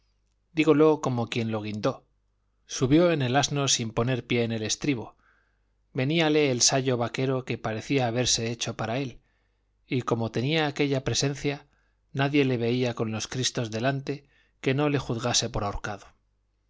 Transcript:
mundo dígolo como quien lo guindó subió en el asno sin poner pie en el estribo veníale el sayo vaquero que parecía haberse hecho para él y como tenía aquella presencia nadie le veía con los cristos delante que no le juzgase por ahorcado